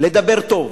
לדבר טוב,